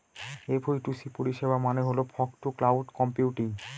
F two C পরিষেবা মানে হল ফগ টু ক্লাউড কম্পিউটিং